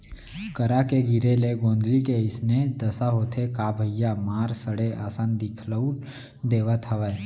करा के गिरे ले गोंदली के अइसने दसा होथे का भइया मार सड़े असन दिखउल देवत हवय